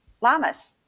llamas